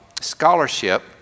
Scholarship